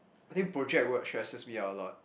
I think project work stresses me out a lot